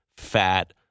Fat